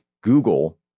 Google